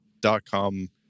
dot-com